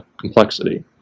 complexity